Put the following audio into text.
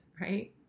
right